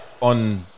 On